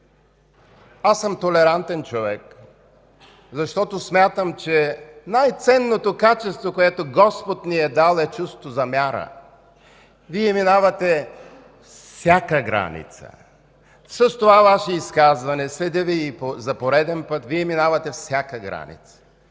Аз съм толерантен човек, защото смятам, че най-ценното качество, което Господ ни е дал, е чувството за мяра. Вие минавате всяка граница. С това Ваше изказване, съдя за пореден път, минавате всяка граница.